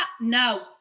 No